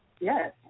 Yes